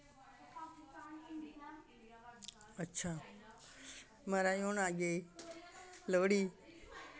अच्छा म्हाराज हून आई गेई लोह्ड़ी